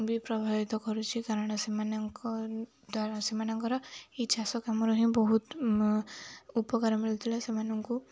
ବି ପ୍ରଭାବିତ କରୁଛି କାରଣ ସେମାନଙ୍କ ଦ୍ୱାରା ସେମାନଙ୍କର ଏଇ ଚାଷ କାମରେ ହିଁ ବହୁତ ଉପକାର ମିଳୁଥିଲା ସେମାନଙ୍କୁ